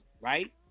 right